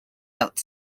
out